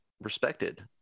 respected